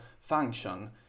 function